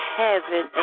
heaven